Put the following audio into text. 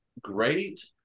great